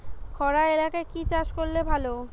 খরা এলাকায় কি চাষ করলে ভালো?